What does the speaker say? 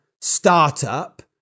startup